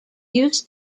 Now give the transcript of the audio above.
use